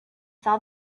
saw